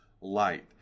light